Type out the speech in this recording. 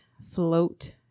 float